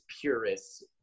purists